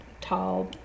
tall